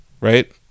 Right